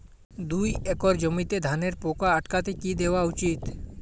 দুই একর জমিতে ধানের পোকা আটকাতে কি দেওয়া উচিৎ?